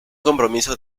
compromiso